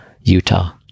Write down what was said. Utah